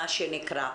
מה שנקרא.